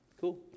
Cool